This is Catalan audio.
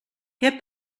què